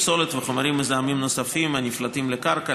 פסולת וחומרים מזהמים נוספים הנפלטים לקרקע,